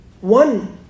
One